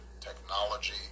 technology